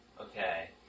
Okay